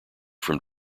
from